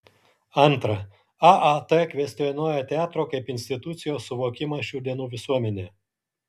antra aat kvestionuoja teatro kaip institucijos suvokimą šių dienų visuomenėje